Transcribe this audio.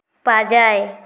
ᱯᱟᱸᱡᱟᱭ